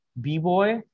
b-boy